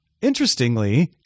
Interestingly